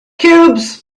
cubes